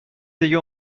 دیگه